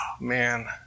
man